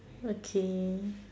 okay